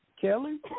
Kelly